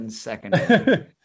second